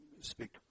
speak